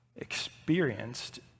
experienced